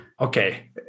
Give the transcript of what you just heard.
Okay